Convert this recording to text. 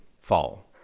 fall